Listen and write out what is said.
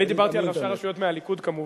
אני דיברתי על ראשי רשויות מהליכוד, כמובן,